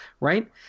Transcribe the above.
right